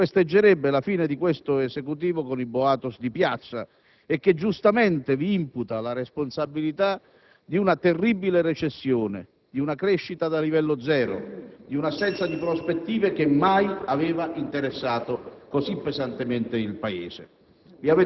che festeggerebbe la fine di questo Esecutivo con i *boatos* di piazza e che giustamente vi imputa la responsabilità di una terribile recessione, di una crescita da livello zero, di un'assenza di prospettive che mai aveva interessato così pesantemente il Paese.